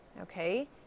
okay